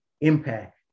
impact